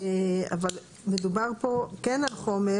אבל מדובר פה כן על חומר